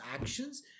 actions